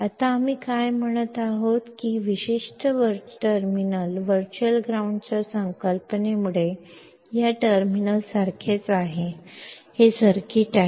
आता आम्ही काय म्हणत आहोत की हे विशिष्ट टर्मिनल वर्चुअल ग्राउंडच्या संकल्पनेमुळे या टर्मिनलसारखेच असेल हे सर्किट आहे